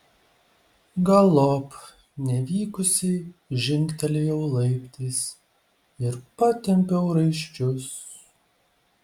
galop nevykusiai žingtelėjau laiptais ir patempiau raiščius